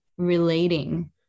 relating